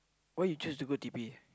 why you choose to go T_P